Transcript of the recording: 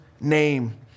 name